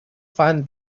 fun